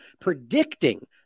predicting